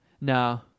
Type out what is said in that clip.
no